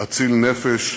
אציל נפש,